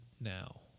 now